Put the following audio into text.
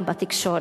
גם בתקשורת.